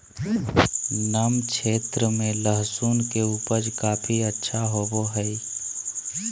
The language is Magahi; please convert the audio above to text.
नम क्षेत्र में लहसुन के उपज काफी अच्छा होबो हइ